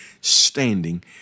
standing